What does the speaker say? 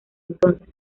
entonces